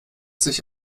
sich